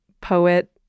poet